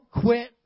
quit